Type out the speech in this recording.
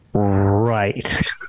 right